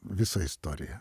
visa istorija